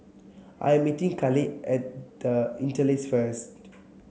I am meeting Khalid at The Interlace first